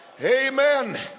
Amen